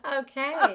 Okay